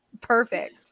perfect